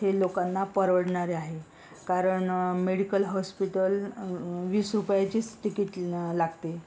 हे लोकांना परवडणारे आहे कारण मेडिकल हॉस्पिटल वीस रुपयची तिकीट ला लागते